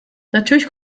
natürlich